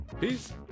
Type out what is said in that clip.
Peace